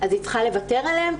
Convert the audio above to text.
היא צריכה לוותר עליהם?